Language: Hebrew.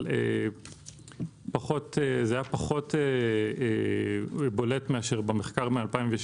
אבל זה היה פחות בולט מאשר במחקר ב-2016.